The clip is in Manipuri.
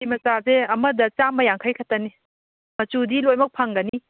ꯐꯤ ꯃꯆꯥꯁꯦ ꯑꯃꯗ ꯆꯥꯝꯃ ꯌꯥꯡꯈꯩ ꯈꯛꯇꯅꯦ ꯃꯆꯨꯗꯤ ꯂꯣꯏꯃꯛ ꯐꯪꯒꯅꯤ